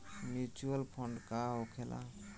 Mutual fund का होखेला?